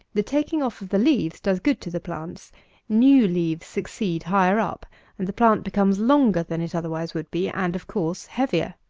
the taking off of the leaves does good to the plants new leaves succeed higher up and the plant becomes longer than it otherwise would be, and, of course, heavier.